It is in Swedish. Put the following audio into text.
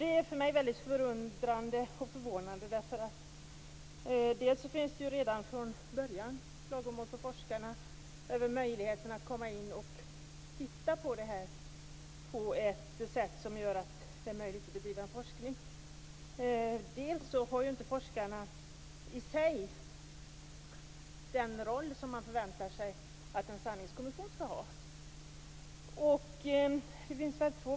Det är för mig väldigt förvånande, dels därför att det redan från början finns klagomål på forskarnas möjligheter att bedriva forskning, dels därför att forskarna inte har den roll som man förväntar sig att en sanningskommission skall ha.